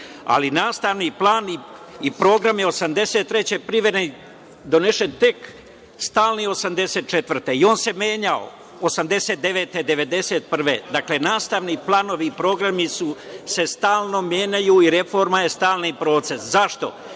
ali nastavni plan i program je donesen tek 1884. godine i on se menjao, 89, 91.Dakle, nastavni planovi i programi se stalno menjaju i reforma je stalni proces. Zašto? Vi